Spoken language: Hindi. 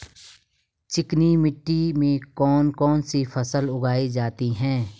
चिकनी मिट्टी में कौन कौन सी फसल उगाई जाती है?